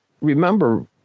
remember